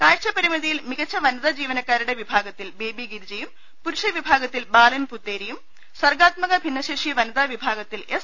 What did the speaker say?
കാഴ്ച്ച പരിമിതിയിൽ മികച്ച വനിതാ ജീവനക്കാരുടെ വിഭാഗ ത്തിൽ ബേബി ഗിരിജയും പുരുഷ വിഭാഗത്തിൽ ബാലൻ പൂത്തേരിയും സർഗാത്മക ഭിന്നശേഷി വനിതാർവിഭാഗത്തിൽ എസ്